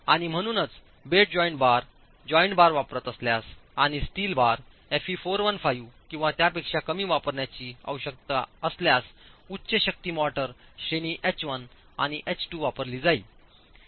आणि म्हणूनच bed joint bar joint bar वापरत असल्यास आणि स्टील बार Fe 415 किंवा त्यापेक्षा कमी वापरण्याची आवश्यकता असल्यास उच्च शक्ती मोर्टार श्रेणी एच 1 आणि एच 2 वापरली जाईल